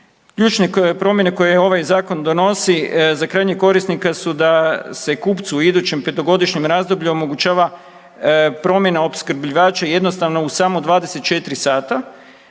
Ključne promjene koje ovaj zakon donosi za krajnje korisnike su da se kupcu u idućem petogodišnjem razdoblju omogućava promjena opskrbljivača jednostavno u samo 24 sata,